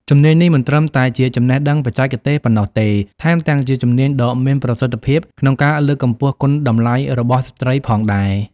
ជំនាញនេះមិនត្រឹមតែជាចំណេះដឹងបច្ចេកទេសប៉ុណ្ណោះទេ ថែមទាំងជាជំនាញដ៏មានប្រសិទ្ធភាពក្នុងការលើកកម្ពស់គុណតម្លៃរបស់ស្ត្រីផងដែរ។